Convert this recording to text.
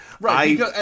Right